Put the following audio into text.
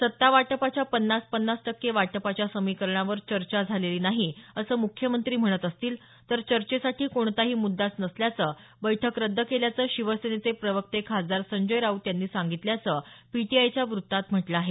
सत्ता वाटपाच्या पन्नास पन्नास टक्के वाटपाच्या समीकरणावर चर्चा झालेली नाही असं म्ख्यमंत्री म्हणत असतील तर चर्चेसाठी कोणताही मुद्याच नसल्याने बैठक रद्द केल्याचं शिवसेनेचे प्रवक्ते खासदार संजय राऊत यांनी सांगितल्याचं पीटीआयच्या व्रत्तात म्हटलं आहे